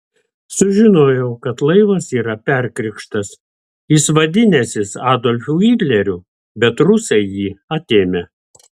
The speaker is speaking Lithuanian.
sužinojau kad laivas yra perkrikštas jis vadinęsis adolfu hitleriu bet rusai jį atėmę